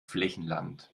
flächenland